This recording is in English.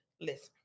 Listen